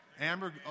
Amber